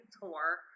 tour